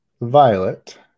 Violet